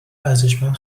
ارزشمند